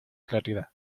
claridad